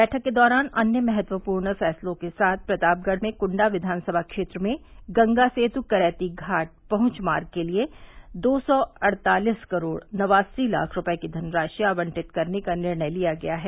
बैठक के दौरान अन्य महत्वपूर्ण फैसलों के साथ प्रतापगढ़ में कुंडा विधानसभा क्षेत्र में गंगा सेतु करैती घाट पहुंच मार्ग के लिए दो सौ अड़तालीस करोड़ नवासी लाख रूपये की धनराशि आवंटित करने का निर्णय लिया गया है